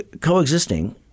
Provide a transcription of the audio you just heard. coexisting